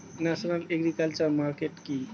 National agriculture market কি?